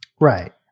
Right